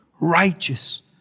righteous